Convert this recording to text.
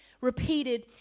repeated